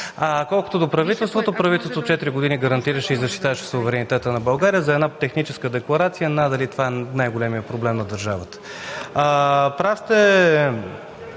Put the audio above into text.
Колкото до правителството – правителството четири години гарантираше и защитаваше суверенитета на България. За една техническа декларация – надали това е най-големият проблем на държавата. Прав сте